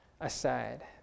aside